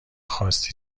خواستی